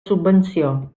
subvenció